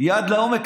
היא עד לעומק.